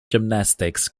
gymnastics